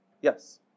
Yes